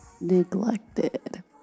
neglected